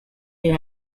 you